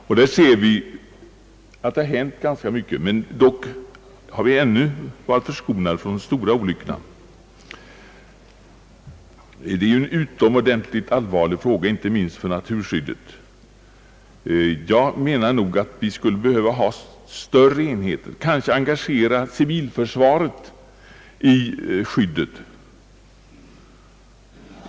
Av denna förteckning framgår att ganska mycket har hänt på denna front men att vi ännu varit förskonade från de stora olyckorna. Detta är en utomordentligt allvarlig fråga för hela naturskyddet. Jag anser att vi skulle behöva sätta in större enheter än kommuner i detta sammanhang, kanske engagera hela civilförsvaret i skyddsarbetet.